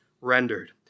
rendered